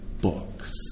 books